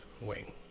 wing